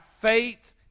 faith